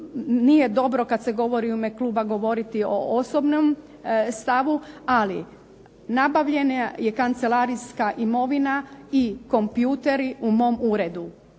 nije dobro kad se govori u ime kluba govoriti o osobnom stavu, ali nabavljena je kancelarijska imovina, i kompjuteri u mom uredu,